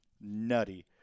nutty